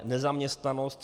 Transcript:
Nezaměstnanost.